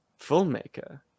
filmmaker